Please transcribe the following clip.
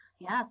Yes